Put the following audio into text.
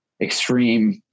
extreme